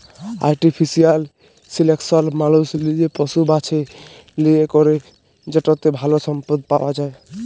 artificial selection মালুস লিজে পশু বাছে লিয়ে ক্যরে যেটতে ভাল সম্পদ পাউয়া যায়